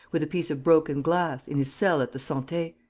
with a piece of broken glass, in his cell at the sante.